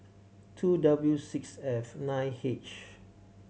two W six F nine H